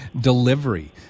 delivery